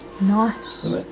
Nice